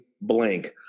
blank